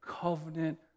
covenant